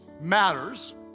matters